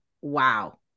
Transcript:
wow